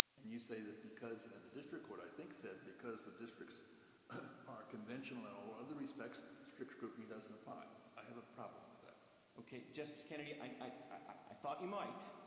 and you say that because and the district court i think said because the districts are conventional in all other respects, strict scrutiny doesn't apply. i have a problem with that. clement okay. justice kennedy, and i i thought you might,